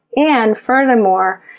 and furthermore,